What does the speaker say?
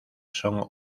son